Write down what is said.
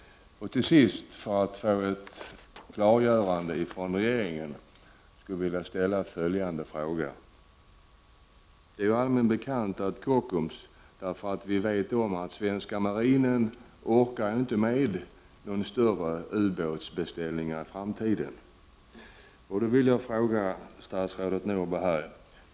För att få ett klargörande från regeringen skulle jag vilja ställa följande fråga. Vi vet att svenska marinen inte orkar med några större ubåtsbeställningar i framtiden.